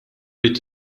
ried